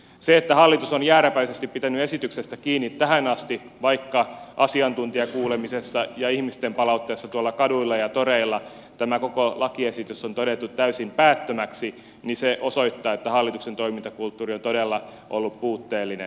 se että hallitus on jääräpäisesti pitänyt esityksestä kiinni tähän asti vaikka asiantuntijakuulemisessa ja ihmisten palautteessa tuolla kaduilla ja toreilla tämä koko lakiesitys on todettu täysin päättömäksi osoittaa että hallituksen toimintakulttuuri on todella ollut puutteellinen